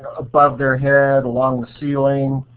above their head, along the ceiling,